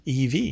EV